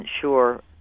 sure